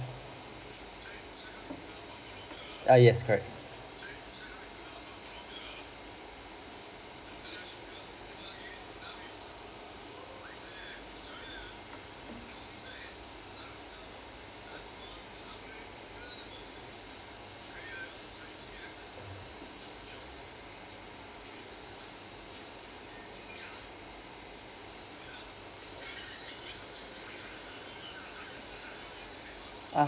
uh yes correct uh